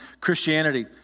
Christianity